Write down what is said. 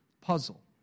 puzzle